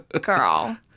girl